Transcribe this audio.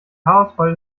haarausfall